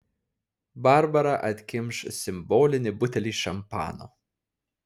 barbara atkimš simbolinį butelį šampano